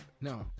No